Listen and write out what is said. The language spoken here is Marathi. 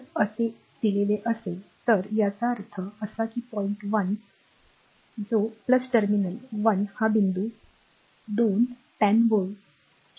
जर असे दिलेले असेल तर याचा अर्थ असा की पॉईंट 1 जो टर्मिनल पॉईंट 1 हा बिंदू 2 10 व्होल्ट aboveवरील आहे